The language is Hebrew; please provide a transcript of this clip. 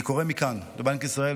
אני קורא מכאן לבנק ישראל,